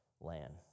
land